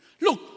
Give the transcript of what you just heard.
look